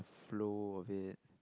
flow of it